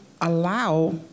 allow